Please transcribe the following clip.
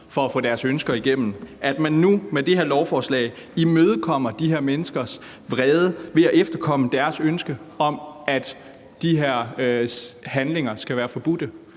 for at få deres ønsker igennem, nu med det her lovforslag imødekommer de her menneskers vrede ved at efterkomme deres ønske om, at de her handlinger skal være forbudte.